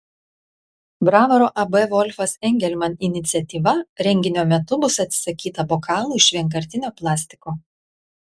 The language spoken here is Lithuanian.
bravoro ab volfas engelman iniciatyva renginio metu bus atsisakyta bokalų iš vienkartinio plastiko